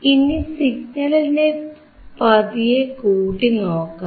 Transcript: ഇനി സിഗ്നലിനെ പതിയെ കൂട്ടിനോക്കാം